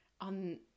on